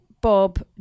Bob